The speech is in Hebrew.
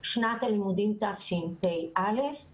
בשנת הלימודים תשפ"א יש